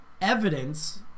evidence